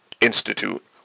Institute